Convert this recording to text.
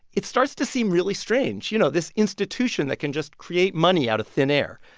it starts to seem really strange you know, this institution that can just create money out of thin air.